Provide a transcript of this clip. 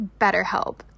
BetterHelp